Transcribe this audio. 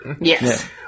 Yes